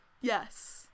yes